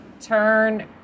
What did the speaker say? Turn